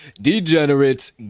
degenerates